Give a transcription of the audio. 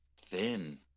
thin